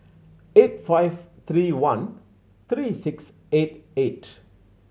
eight five three one three six eight eight